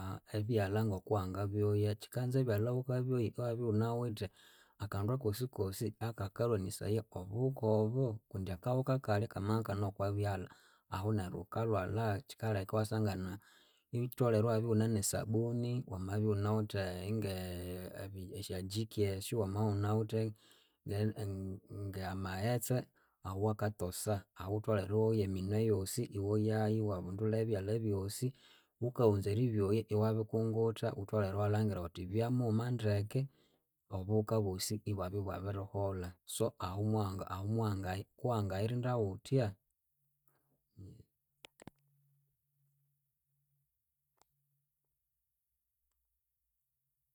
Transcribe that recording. ebyalha ngokuwanga byoya kyikanza ebyalha wukabyoya iwabya iwunawithe akandu akosikosi akakarwanisaya obuhuka obo kundi akahuka kalya kamakane okwabyalha ahu neryu wukalwalha kyikaleka neryu iwasangana iwutholere iwabya iwunenesabuni wamabya iwunawithe nge esyajiki esyu wamawunawithe nge amaghetse awakatosa. Ahu wutholere iwoya eminwe yosi iwoyayu iwabundulha ebyalha byosi wukawunza eribyoya iwabikungutha wutholere iwalhangira wuthi byamuma ndeke obuhuka bwosi ibwabya bwabiriholha so ahu muwanga ahumuwanga kuwanga yirinda wuthya um.